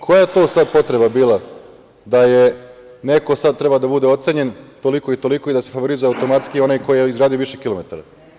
Koja je tu sad potreba bila da je neko sad trebalo da bude ocenjen toliko i toliko i da se favorizuje automatski onaj ko je izgradio više kilometara?